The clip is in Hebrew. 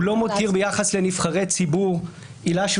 הוא לא מותיר ביחס לנבחרי ציבור עילה של